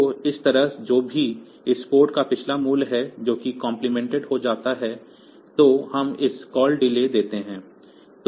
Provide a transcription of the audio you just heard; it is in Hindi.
तो इस तरह जो भी इस port का पिछला मूल्य है जो कि कम्प्लीमेंटेड हो जाता है तो हम एक कॉल डिले देते हैं